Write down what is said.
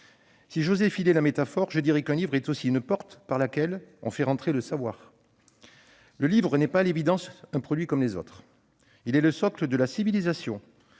Si j'osais filer la métaphore, je dirais qu'un livre est aussi une porte par laquelle on fait entrer le savoir. Le livre n'est à l'évidence pas un produit comme un autre ; il est le socle de la civilisation.